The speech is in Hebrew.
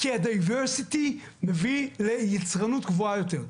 כי ה-diversity מביא ליצרנות גבוהה יותר.